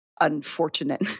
unfortunate